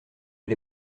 les